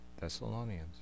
Thessalonians